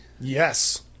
Yes